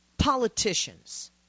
politicians